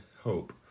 hope